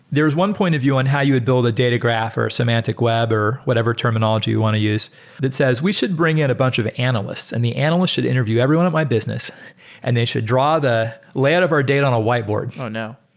there is one point of view on how you would build a data graph or semantic web or whatever terminology you want to use that says we should bring in a bunch of analysts, and the analyst should interview every one of my business and they should draw the layout of our date on a whiteboard. oh no.